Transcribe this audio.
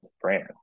brand